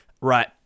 right